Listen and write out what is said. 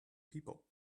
people